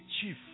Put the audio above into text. chief